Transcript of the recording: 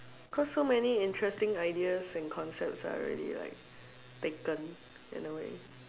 cause so many interesting ideas and concepts are already like taken in a way